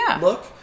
look